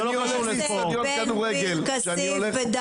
תודה רבה חבר הכנסת בן גביר.